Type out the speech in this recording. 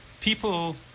people